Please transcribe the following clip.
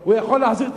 והוא יכול להתחרט,